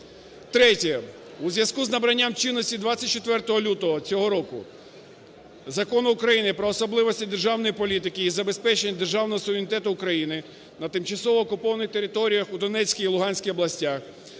Третє. У зв'язку із набранням чинності 24 лютого цього року Закону України "Про особливості державної політики із забезпечення державного суверенітету України на тимчасово окупованих територіях у Донецькій і Луганській областях"